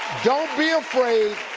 don't be afraid,